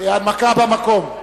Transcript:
הנמקה מהמקום.